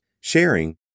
sharing